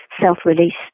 self-released